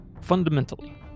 Fundamentally